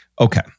Okay